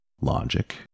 logic